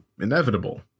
inevitable